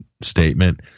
statement